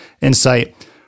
insight